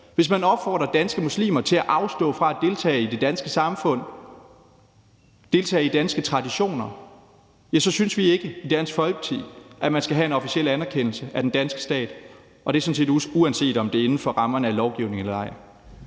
Hvis man opfordrer danske muslimer til at afstå fra at deltage i det danske samfund og deltage i danske traditioner, synes vi ikke i Dansk Folkeparti, at man skal have en officiel anerkendelse af den danske stat, og det er sådan set, uanset om det er inden for rammerne af lovgivningen eller ej.